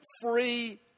free